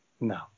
No